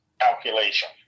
calculation